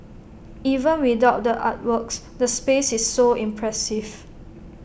even without the artworks the space is so impressive